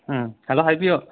ꯎꯝ ꯍꯂꯣ ꯍꯥꯏꯕꯤꯌꯣ